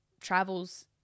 travels